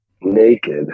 naked